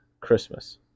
Christmas